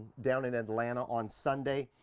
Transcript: down in atlanta on sunday.